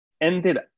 ended